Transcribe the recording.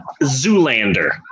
Zoolander